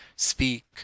Speak